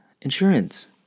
insurance